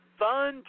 fun